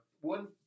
one